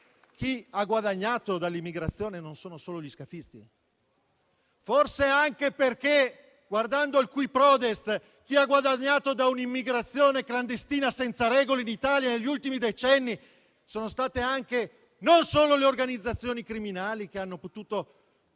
chi ha guadagnato dall'immigrazione non sono solo gli scafisti. Forse anche perché, guardando al *cui prodest*, chi ha guadagnato da un'immigrazione clandestina senza regole in Italia negli ultimi decenni sono state non solo le organizzazioni criminali, che hanno potuto